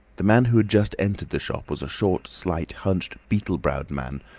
the man who had just entered the shop was a short, slight, hunched, beetle-browed man,